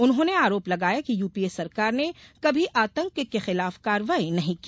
उन्होंने आरोप लगाया कि यूपीए सरकार ने कभी आतंक के खिलाफ कार्रवाई नहीं की